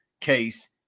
case